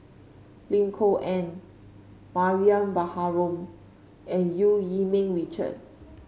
Lim Kok Ann Mariam Baharom and Eu Yee Ming Richard